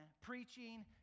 preaching